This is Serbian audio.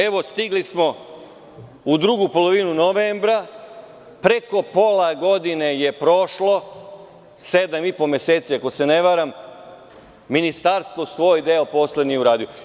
Evo, stigli smo u drugu polovinu novembra, preko pola godine je prošlo, 7,5 meseci, ako se ne varam, ministarstvo svoj deo posla nije uradilo.